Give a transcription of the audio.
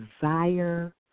desire